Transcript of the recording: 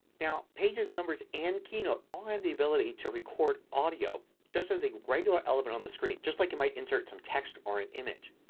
now pages, numbers, and keynote all have the ability to record audio just using a regular element on the screen. just like you might insert some text or an image.